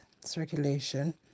circulation